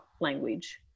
language